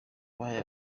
twahaye